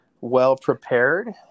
well-prepared